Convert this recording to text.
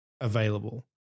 available